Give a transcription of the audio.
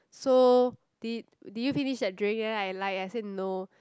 so did did you finish that drink then I lied I say no